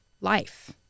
life